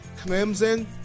Clemson